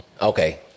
Okay